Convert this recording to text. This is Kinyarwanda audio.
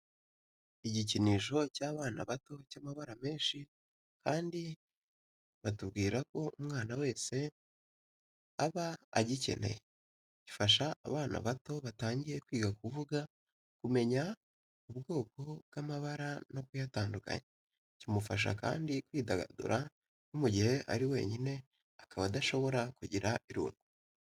Igikinisho cy’abana bato cy'amabara menshi kandi kandi batubwira ko umwana wese aba agikeneye. Gifasha abana bato batangiye kwiga kuvuga, kumenya ubwoko bw'amabara no kuyatandukanya. Kimufasha kandi kwidagadura no mu gihe ari wenyine akaba adashobora kugira irungu.